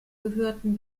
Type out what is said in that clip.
gehörten